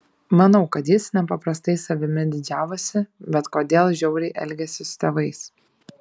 manau kad jis nepaprastai savimi didžiavosi bet kodėl žiauriai elgėsi su tėvais